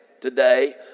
today